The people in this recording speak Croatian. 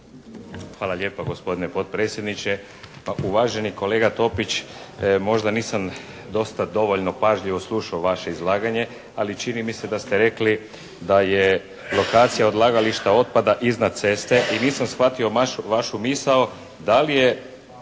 Hvala lijepo gospodine potpredsjedniče. Uvaženi kolega Topić možda nisam dosta dovoljno pažljivo slušao vaše izlaganje, ali čini mi se da ste rekli da je lokacija odlagališta otpada iznad ceste i nisam shvatio vašu misao, da li je